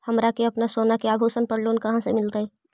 हमरा के अपना सोना के आभूषण पर लोन कहाँ से मिलत?